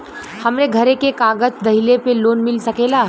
हमरे घरे के कागज दहिले पे लोन मिल सकेला?